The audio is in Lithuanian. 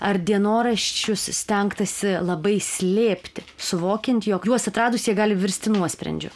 ar dienoraščius stengtasi labai slėpti suvokiant jog juos atradus jie gali virsti nuosprendžiu